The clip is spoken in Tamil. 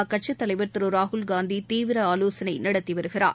அக்கட்சித் தலைவர் திரு ராகுல் காந்தி தீவிர ஆலோசனை நடத்தி வருகிறார்